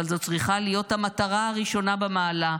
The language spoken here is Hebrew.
אבל זו צריכה להיות המטרה הראשונה במעלה,